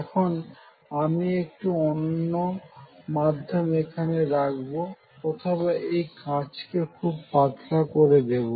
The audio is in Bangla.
এখন আমি একটি অন্য মাধ্যম এখানে রাখবো অথবা এই কাচকে খুব পাতলা করে দেবো